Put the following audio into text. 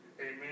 amen